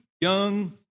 young